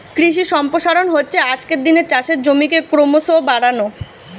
কৃষি সম্প্রসারণ হচ্ছে আজকের দিনে চাষের জমিকে ক্রোমোসো বাড়ানো